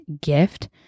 gift